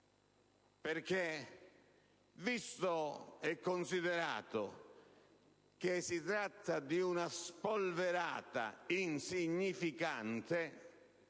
legge. Visto e considerato infatti che si tratta di una spolverata insignificante,